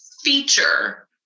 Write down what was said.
feature